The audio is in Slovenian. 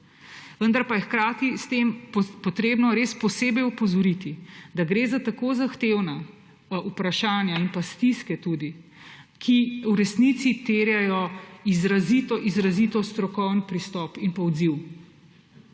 Vendar pa je hkrati s tem treba res posebej opozoriti, da gre za tako zahtevna vprašanja in stiske tudi, ki v resnici terjajo izrazito izrazito strokoven pristop in odziv.